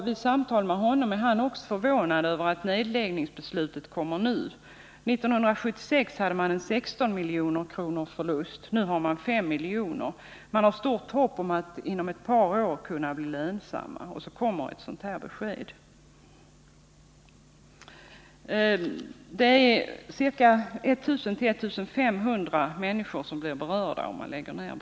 Vid samtal med denne framkom att han också är förvånad över att nedläggningsbeslutet kommer nu. 1976 hade man en förlust på 16 milj.kr., och nu är den 5 milj.kr. Man har stort hopp om att verksamheten inom ett par år skall bli lönsam, och så kommer då ett sådant här besked. Det är ca 1 000—1 500 människor som blir berörda om bruket läggs ned.